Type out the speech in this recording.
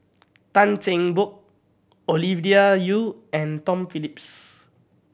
Tan Cheng Bock Ovidia Yu and Tom Phillips